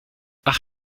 ach